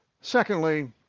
Secondly